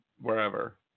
wherever